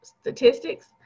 statistics